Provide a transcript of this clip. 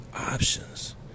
options